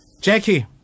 Jackie